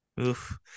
Oof